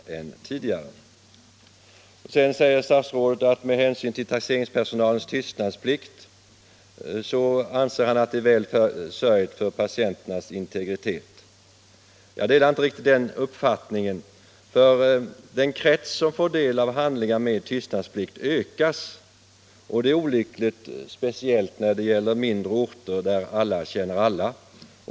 Sedan säger statsrådet att han anser att det med hänsyn till taxeringspersonalens tystnadsplikt är väl sörjt för patienternas integritet. Jag delar inte riktigt den uppfattningen, för den krets som får del av handlingar med tystnadsplikt blir större. och det är olyckligt speciellt när det gäller mindre orter där alla känner alla.